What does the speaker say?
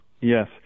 Yes